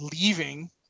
Leaving